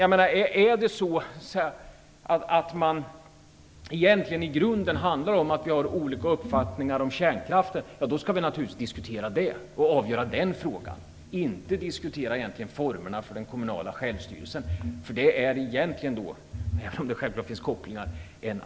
Om detta i grunden handlar om att vi har olika uppfattningar om kärnkraften skall vi naturligtvis diskutera och avgöra den frågan. Vi skall egentligen inte diskutera formerna för den kommunala självstyrelsen. Det är en annan fråga, även om det självfallet finns kopplingar.